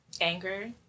anger